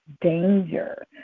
danger